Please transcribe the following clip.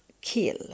kill